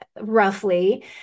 roughly